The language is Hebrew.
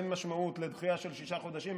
אין משמעות לדחייה של שישה חודשים,